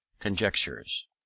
conjectures